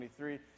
23